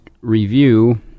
review